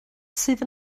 sydd